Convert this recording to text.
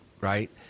right